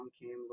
came